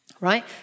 right